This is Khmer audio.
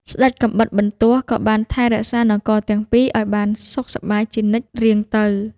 ស្ដេចកាំបិតបន្ទោះក៏បានថែរក្សានគរទាំងពីរឱ្យបានសុខសប្បាយជានិច្ចរៀងទៅ។